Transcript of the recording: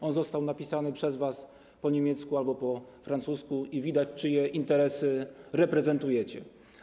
On został napisany przez was po niemiecku albo po francusku i widać, czyje interesy reprezentujecie.